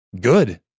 good